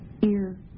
ear